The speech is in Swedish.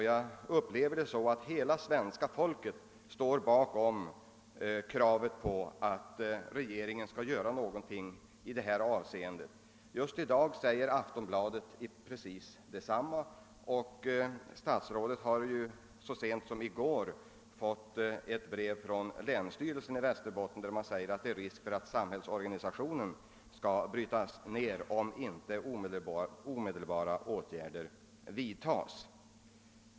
Jag upplever det så att hela svenska folket står bakom kravet att regeringen skall göra någonting i detta avseende. Aftonbladet skriver just i dag om samma sak. Statsrådet fick så sent som i går en skrivelse från länsstyrelsen i Västerbotten, i vilken man säger att det är risk för att samhällsorganisationen skall brytas ned i inlandet, om inte omedelbara åtgärder vidtages. Detta gäller inte minst Vindelälvsdalen.